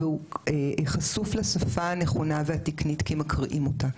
והוא חשוף לשפה הנכונה והתקנית כי מקריאים אותה.